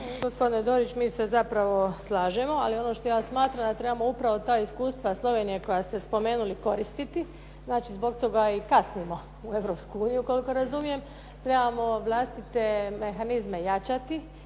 Gospodine Dorić mi se zapravo slažemo. Ali ono što ja smatram da trebamo ta iskustva Slovenije koju ste spomenuli koristiti, znači zbog toga i kasnimo u Europsku uniju koliko razumijem. Trebamo vlastite mehanizme jačati